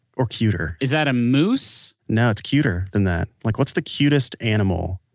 or cuter is that a moose? no. it's cuter than that. like what's the cutest animal?